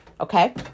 Okay